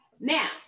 Now